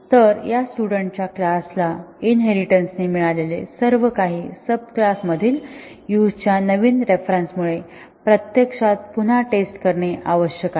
तर या स्टुडन्टच्या क्लास ला इनहेरिटेन्स ने मिळालेले सर्व काही सब क्लास मधिल यूझच्या नवीन रेफरन्स मुळे प्रत्यक्षात पुन्हा टेस्ट करणे आवश्यक आहे